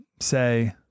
say